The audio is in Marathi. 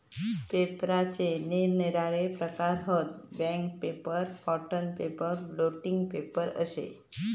पेपराचे निरनिराळे प्रकार हत, bank paper, cotton paper, blotting paper अशे